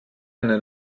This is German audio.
einen